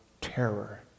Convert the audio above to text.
terror